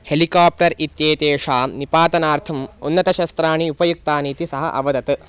helicopter इत्येतेषां निपातनार्थम् उन्नतशस्त्राणि उपयुक्तानि इति सः अवदत्